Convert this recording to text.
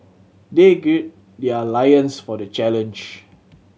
they gird their lions for the challenge